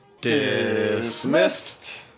Dismissed